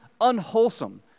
unwholesome